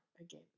again